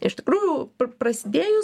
iš tikrųjų prasidėjus